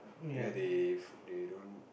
ya they they they don't